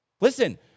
Listen